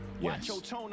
Yes